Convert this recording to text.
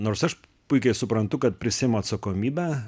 nors aš puikiai suprantu kad prisiimu atsakomybę